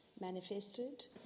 manifested